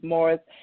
Morris